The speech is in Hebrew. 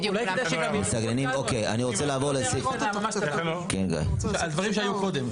על דברים שהיו קודם.